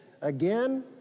again